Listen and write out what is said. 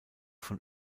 von